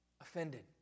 offended